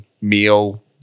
meal